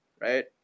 right